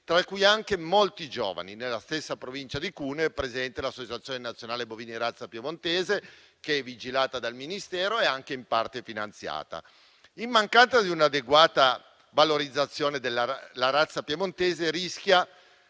tra cui anche molti giovani. Nella stessa Provincia di Cuneo è presente l'Associazione nazionale bovini razza piemontese, che è vigilata dal Ministero e anche in parte finanziata. In mancanza di un'adeguata valorizzazione, la razza piemontese rischia